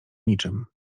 niczym